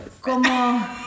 como